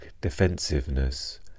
defensiveness